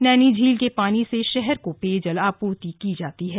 नैनी झील के पानी से शहर को पेयजल आपूर्ति की जाती है